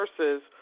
versus